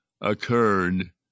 occurred